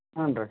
ಹ್ಞೂ ರೀ